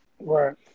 Right